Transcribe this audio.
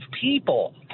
people